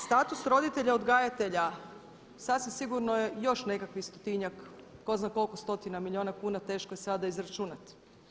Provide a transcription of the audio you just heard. Status roditelja odgajatelja sasvim sigurno je još nekakvih stotinjak, tko zna koliko stotina milijuna kuna, teško je sada izračunati.